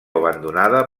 abandonada